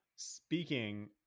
speaking